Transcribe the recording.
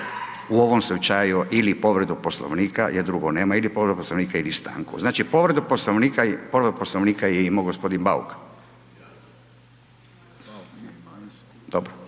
u ovom slučaju ili povredu poslovnika jer drugo nema ili povredu poslovnika ili stanku. Znači povredu poslovnika je imao gospodin Bauk.